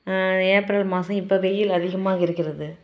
April மாதம் இப்போ வெயில் அதிகமாக இருக்கிறது